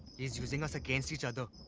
he's using us against each other.